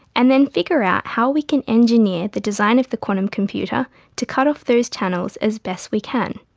and then figure out how we can engineer the design of the quantum computer to cut off those channels as best we can.